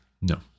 No